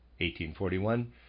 1841